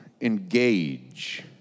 engage